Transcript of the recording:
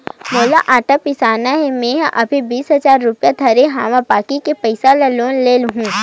मोला आटो बिसाना हे, मेंहा अभी बीस हजार रूपिया धरे हव बाकी के पइसा ल लोन ले लेहूँ